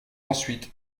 ensuite